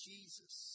Jesus